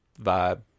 vibe